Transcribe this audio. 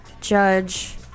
judge